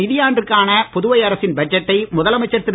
நிதியாண்டிற்கான புதுவை அரசின் நடப்பு பட்ஜெட்டை முதலமைச்சர் திரு